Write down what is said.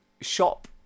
Shop